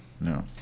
no